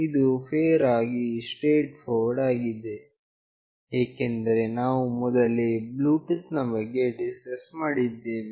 ಇದು ಫೇರ್ ಆಗಿ straightforward ಆಗಿದೆ ಏಕೆಂದರೆ ನಾವು ಮೊದಲೇ ಬ್ಲೂಟೂತ್ ನ ಬಗ್ಗೆ ಡಿಸ್ಕಸ್ ಮಾಡಿದ್ದೇವೆ